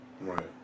right